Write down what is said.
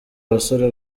basore